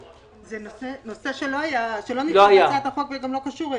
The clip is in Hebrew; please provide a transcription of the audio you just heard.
זה נושא שלא היה בהצעת החוק וגם לא קשור אליה.